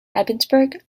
ebensburg